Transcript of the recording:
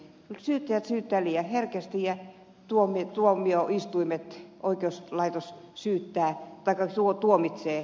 syyttäjät syyttävät liian herkästi ja tuomioistuimet oikeuslaitos tuomitsevat aivan miten sattuu